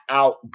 out